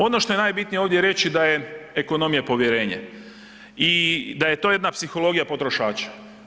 Ono što je najbitnije ovdje reći da je ekonomija povjerenje i da je to jedna psihologija potrošača.